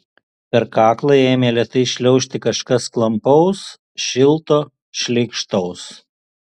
per kaklą ėmė lėtai šliaužti kažkas klampaus šilto šleikštaus